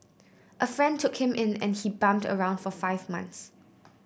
a friend took him in and he bummed around for five months